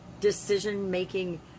decision-making